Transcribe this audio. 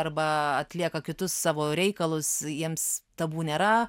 arba atlieka kitus savo reikalus jiems tabu nėra